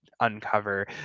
uncover